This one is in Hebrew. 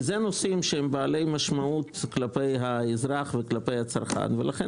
כי זה נושאים שהם בעלי משמעות כלפי האזרח וכלפי הצרכן ולכן